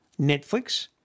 Netflix